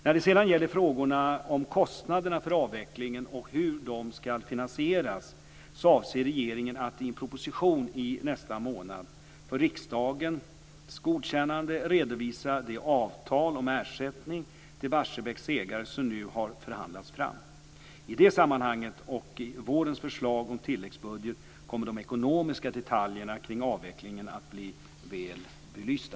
När det sedan gäller frågorna om kostnaderna för avvecklingen och hur de ska finansieras, avser regeringen att i en proposition i nästa månad för riksdagens godkännande redovisa det avtal om ersättning till Barsebäcks ägare som nu har förhandlats fram. I det sammanhanget och i vårens förslag om tilläggsbudget kommer de ekonomiska detaljerna kring avvecklingen att bli väl belysta.